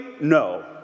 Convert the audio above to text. No